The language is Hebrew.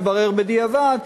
התברר בדיעבד,